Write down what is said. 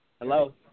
Hello